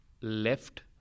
left